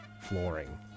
flooring